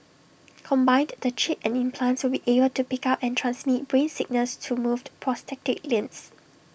combined the chip and implants will be able to pick up and transmit brain signals to moved prosthetic limbs